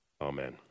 Amen